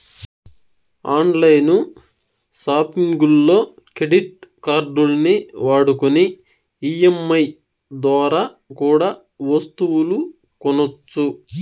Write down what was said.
on line సాపింగుల్లో credit కార్డుల్ని వాడుకొని ఈ.ఎం.ఐ దోరా కూడా ఒస్తువులు కొనొచ్చు